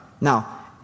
Now